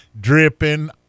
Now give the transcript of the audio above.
dripping